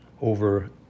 over